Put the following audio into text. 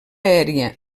aèria